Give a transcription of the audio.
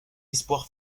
espoir